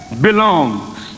belongs